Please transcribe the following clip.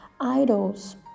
idols